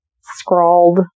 scrawled